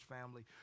family